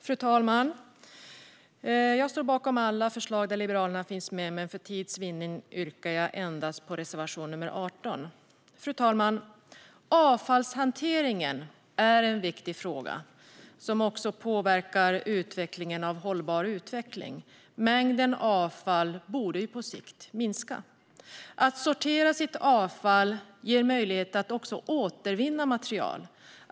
Fru talman! Jag står bakom alla förslag där Liberalerna finns med, men för tids vinnande yrkar jag bifall endast till reservation nr 18. Fru talman! Avfallshantering är en viktig fråga som också påverkar en hållbar utveckling. Mängden avfall borde ju på sikt minska. Att sortera avfall ger möjlighet att återvinna material.